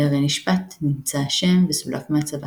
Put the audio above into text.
בארי נשפט, נמצא אשם וסולק מהצבא.